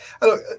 look